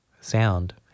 sound